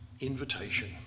invitation